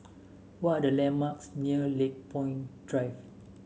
what are the landmarks near Lakepoint Drive